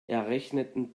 errechneten